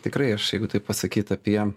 tikrai aš jeigu taip pasakyt apie